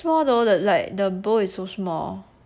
floor though that like the bow is so small